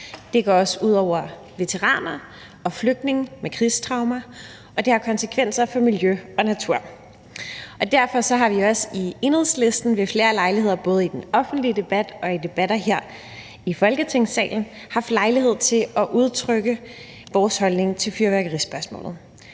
Det går også ud over veteraner og flygtninge med krigstraumer, og det har konsekvenser for miljø og natur. Derfor har vi også i Enhedslisten ved flere lejligheder, både i den offentlige debat og i debatter her i Folketingssalen, haft lejlighed til at udtrykke vores holdning til fyrværkerispørgsmålet.